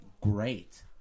Great